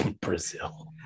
Brazil